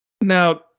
now